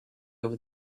over